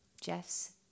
jeff's